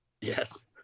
Yes